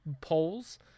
Polls